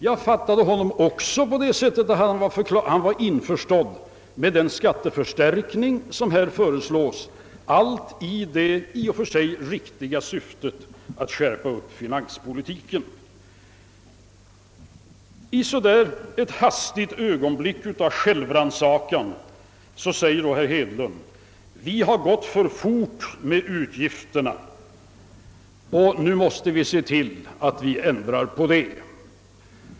Jag fattade honom också så att han var införstådd med den skatteförstärkning som föreslås, allt i det i och för sig riktiga syftet att skärpa finanspolitiken. I ett hastigt ögonblick av självrannsakan säger herr Hedlund att vi gått för snabbt fram med utgifterna och måste se till att ändra detta.